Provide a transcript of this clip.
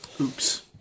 Oops